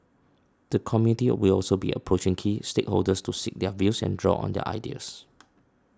the committee will also be approaching key stakeholders to seek their views and draw on their ideas